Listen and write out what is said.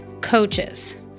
coaches